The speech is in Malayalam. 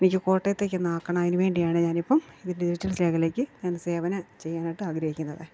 എനിക്ക് കോട്ടയത്തേക്ക് ഒന്നാക്കണം അതിനുവേണ്ടിയാണ് ഞാനിപ്പം ഇത് ഡിജിറ്റൽ രേഖയിലേക്ക് ഞാൻ സേവനം ചെയ്യാനായിട്ട് ആഗ്രഹിക്കുന്നത്